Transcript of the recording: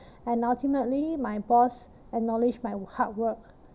and ultimately my boss acknowledge my hard work